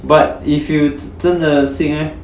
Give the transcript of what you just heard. but if you 真的 sick leh